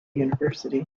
university